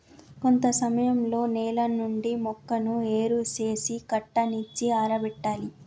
కొంత సమయంలో నేల నుండి మొక్కను ఏరు సేసి కట్టనిచ్చి ఆరబెట్టాలి